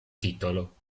titolo